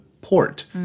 port